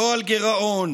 אבל הוא לא ראוי.